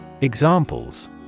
Examples